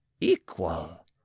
equal